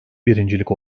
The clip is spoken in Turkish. birincilik